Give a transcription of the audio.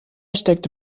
steckte